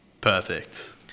perfect